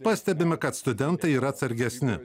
pastebime kad studentai yra atsargesni